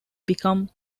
become